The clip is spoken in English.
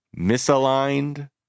misaligned